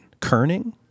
Kerning